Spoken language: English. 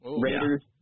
Raiders